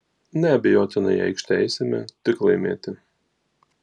neabejotinai į aikštę eisime tik laimėti